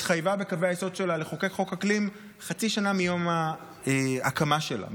התחייבה בקווי היסוד שלה לחוקק חוק אקלים חצי שנה מיום ההקמה שלה,